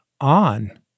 on